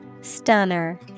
Stunner